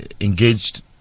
engaged